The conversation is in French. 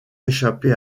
échappé